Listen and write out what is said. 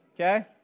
Okay